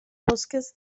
bosques